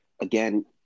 again